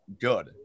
good